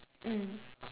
mm